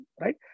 right